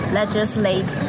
legislate